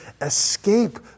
escape